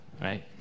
right